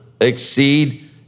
exceed